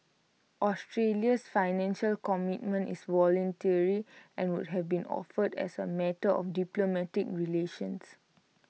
Australia's Financial Commitment is voluntary and would have been offered as A matter of diplomatic relations